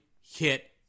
hit